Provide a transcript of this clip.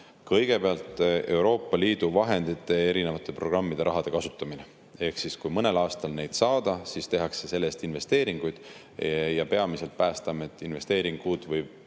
Kõigepealt, Euroopa Liidu vahendite, erinevate programmide raha kasutamine. Kui mõnel aastal seda saab, siis tehakse selle eest investeeringuid, peamiselt Päästeameti investeeringuid.